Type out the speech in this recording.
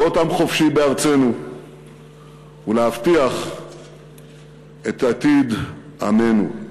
להיות עם חופשי בארצנו ולהבטיח את עתיד עמנו.